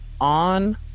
on